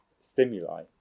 stimuli